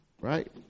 Right